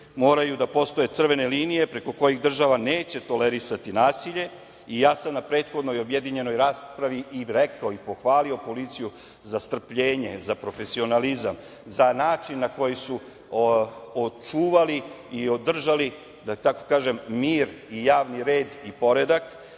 Moraju da postoje crvene linije, preko kojih država neće tolerisati nasilje. Ja sam na prethodnoj objedinjenoj raspravi i rekao, pohvalio policiju za strpljenje, za profesionalizam, za način na koji su očuvali i održali, da tako kažem, mir i javni red i poredak.